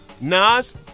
Nas